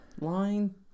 Line